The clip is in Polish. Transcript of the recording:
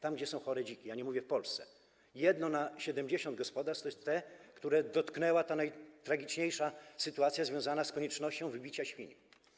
Tam gdzie są chore dziki, ja nie mówię o Polsce, jedno na 70 gospodarstw to jest to, które dotknęła ta najtragiczniejsza sytuacja związana z koniecznością wybicia świń.